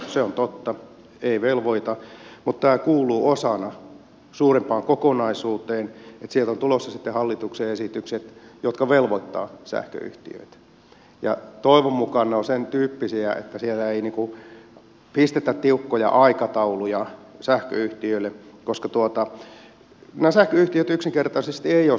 se on totta ei velvoita mutta tämä kuuluu osana suurempaan kokonaisuuteen että sieltä ovat tulossa sitten hallituksen esitykset jotka velvoittavat sähköyhtiöitä ja toivon mukaan ne ovat sentyyppisiä että siellä ei pistetä tiukkoja aikatauluja sähköyhtiöille koska nämä sähköyhtiöt yksinkertai sesti eivät ole sosiaalitoimistoja